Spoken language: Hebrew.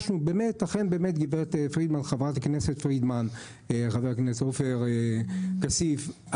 חברת הכנסת פרידמן וחבר הכנסת עופר כסיף,